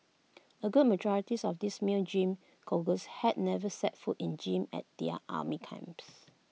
A good majorities of these male gym goers had never set foot in gym at their army camps